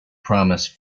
promise